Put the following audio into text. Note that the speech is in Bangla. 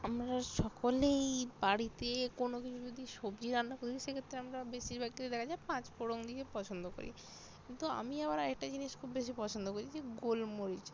আমরা সকলেই বাড়িতে কোনো কিছু যদি সবজি রান্না করি সেক্ষেত্রে আমরা বেশিরভাগকেই দেখা যায় পাঁচফোড়ন দিয়ে পছন্দ করি কিন্তু আমি আবার আরেকটা জিনিস খুব বেশি পছন্দ করি যে গোলমরিচ